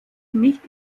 nicht